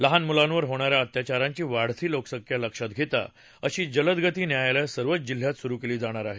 लहान मुलांवर होणा या अत्याचारांची वाढती संख्या लक्षात घेता अशी जलदगती न्यायालयं सर्वच जिल्ह्यात सुरु केली जाणार आहेत